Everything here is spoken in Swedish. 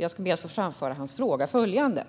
Jag ska be att få framföra hans fråga, som var följande: